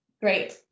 great